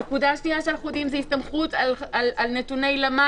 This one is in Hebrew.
נקודה שנייה שאנחנו יודעים היא הסתמכות על נתוני הלשכה